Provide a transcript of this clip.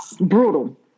brutal